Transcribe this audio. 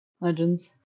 Legends